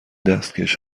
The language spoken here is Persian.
دستکش